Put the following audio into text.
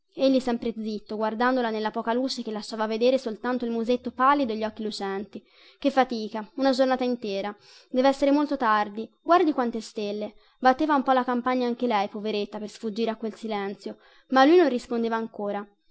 egli sempre zitto guardandola nella poca luce che lasciava vedere soltanto il musetto pallido e gli occhi lucenti che fatica una giornata intera devessere molto tardi guardi quante stelle batteva un po la campagna anche lei poveretta per sfuggire a quel silenzio ma lui non rispondeva ancora